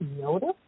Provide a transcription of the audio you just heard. notice